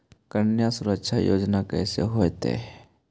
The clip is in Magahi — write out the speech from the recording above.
कन्या सुरक्षा योजना कैसे होतै?